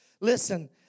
Listen